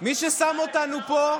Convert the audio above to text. מי ששם אותנו פה,